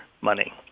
money